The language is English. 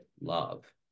love